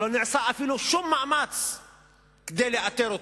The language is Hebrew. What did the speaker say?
אבל לא נעשה אפילו שום מאמץ כדי לאתר אותו.